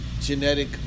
genetic